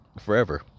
forever